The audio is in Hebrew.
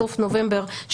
בסוף נובמבר,